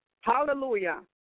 Hallelujah